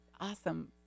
Awesome